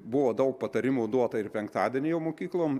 buvo daug patarimų duota ir penktadienį jau mokyklom